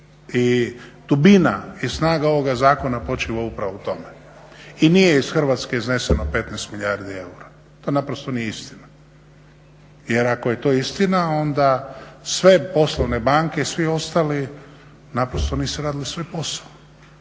I dubina i snaga ovoga zakona počiva upravo u tome i nije iz Hrvatske izneseno 15 milijardi eura, to naprosto nije istina. Jer ako je to istina onda sve poslovne banke i svi ostali nisu radili svoj posao.